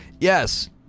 Yes